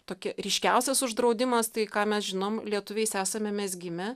tokia ryškiausias uždraudimas tai ką mes žinom lietuviais esame mezgime